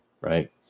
right